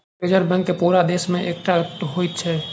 reserve bank पूरा देश मे एकै टा होइत अछि